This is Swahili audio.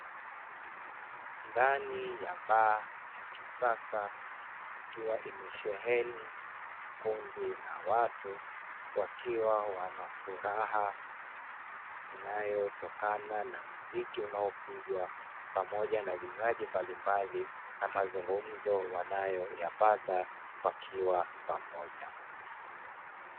Ndani ya baa ya kisasa ikiwa imesheheni kundi la watu, wakiwa wanafuraha inayotokana na muziki unaopigwa pamoja na vinywaji mbalimbali na mazungumzo wanayoyapata wakiwa pamoja.